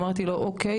שאלתי: ״אוקיי,